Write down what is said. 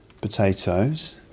potatoes